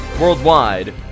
worldwide